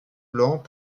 blanc